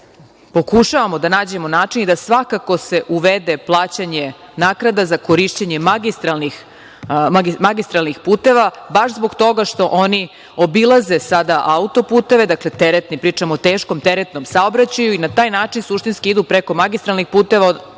pokušavamo da nađemo način i da svakako se uvede plaćanje naknada za korišćenje magistralnih puteva baš zbog toga što oni obilaze sada autoputeve, dakle, pričamo o teškom teretnom saobraćaju i na taj način suštinski idu preko magistralnih puteva i